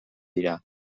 dira